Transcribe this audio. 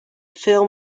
film